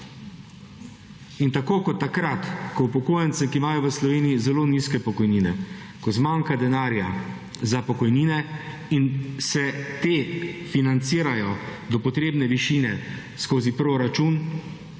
In tako kot takrat, ko upokojence, ki imajo v Sloveniji zelo nizke pokojnine, ko zmanjka denarja za pokojnine, in se te financirajo do potrebne višine skozi proračun,